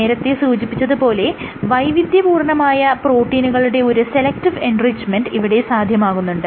നേരത്തെ സൂചിപ്പിച്ചത് പോലെ വൈവിധ്യ പൂർണമായ പ്രോട്ടീനുകളുടെ ഒരു സെലക്ടീവ് എൻറിച്ച്മെന്റ് ഇവിടെ സാധ്യമാകുന്നുണ്ട്